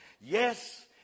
Yes